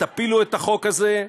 תפילו את החוק הזה,